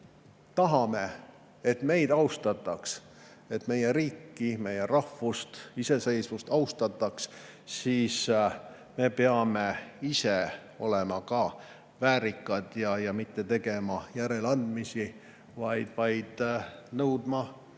tahame, et meid austataks, et meie riiki, meie rahvust ja meie iseseisvust austataks, siis me peame ise olema ka väärikad ja mitte tegema järeleandmisi, nõudes